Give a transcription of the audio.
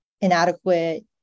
inadequate